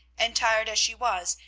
and, tired as she was,